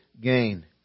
gain